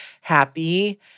happy